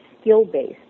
skill-based